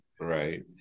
Right